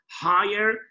higher